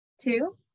Two